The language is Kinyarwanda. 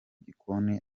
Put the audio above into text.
gikoni